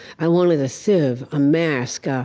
i wanted a sieve, a mask, a,